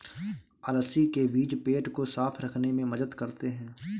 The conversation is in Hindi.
अलसी के बीज पेट को साफ़ रखने में मदद करते है